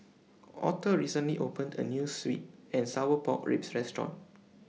Auther recently opened A New Sweet and Sour Pork Ribs Restaurant